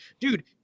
dude